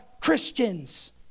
Christians